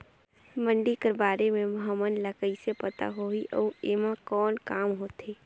मंडी कर बारे म हमन ला कइसे पता होही अउ एमा कौन काम होथे?